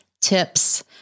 tips